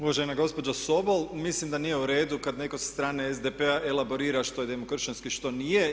Uvažena gospođo Sobol, mislim da nije u redu kad netko sa strane SDP-a elaborira što je demokršćansko i što nije.